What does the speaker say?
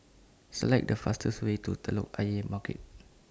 Select The fastest Way to Telok Ayer Market